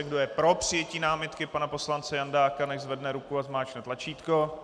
Kdo je pro přijetí námitky pana poslance Jandáka, nechť zvedne ruku a zmáčkne tlačítko.